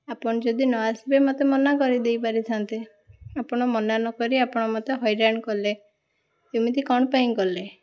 ଆପଣ ଯଦି ନ ଆସିବେ ମୋତେ ମନା କରିଦେଇ ପାରିଥାନ୍ତେ ଆପଣ ମନା ନ କରି ଆପଣ ମୋତେ ହଇରାଣ କଲେ ଏମିତି କ'ଣ ପାଇଁ କଲେ